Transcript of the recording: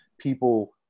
people